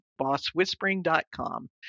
bosswhispering.com